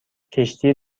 کشتی